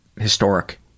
historic